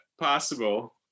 possible